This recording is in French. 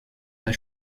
pas